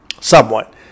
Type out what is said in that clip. somewhat